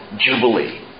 Jubilee